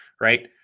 right